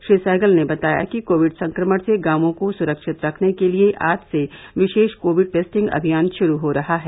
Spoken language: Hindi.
श्री सहगल ने बताया कि कोविड संक्रमण से गांवों को सुरक्षित रखने के लिये आज से विशेष कोविड टेस्टिंग अभियान शुरू हो रहा है